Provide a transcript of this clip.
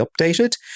updated